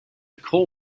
coal